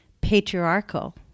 patriarchal